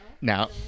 Now